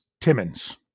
Timmons